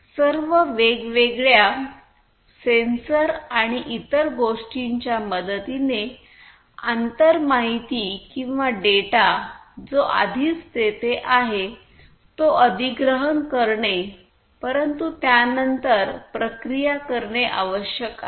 सर्व वेगवेगळ्या सेन्सर आणि इतर गोष्टींच्या मदतीने आंतर माहिती किंवा डेटा जो आधीच तेथे आहे तो अधिग्रहण करणे परंतु त्यानंतर प्रक्रिया करणे आवश्यक आहे